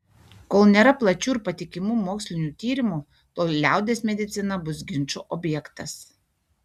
kol nėra plačių ir patikimų mokslinių tyrimų tol liaudies medicina bus ginčų objektas